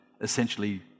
essentially